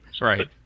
right